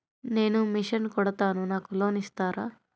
నేను మిషన్ కుడతాను నాకు లోన్ ఇస్తారా?